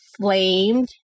Flamed